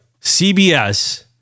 CBS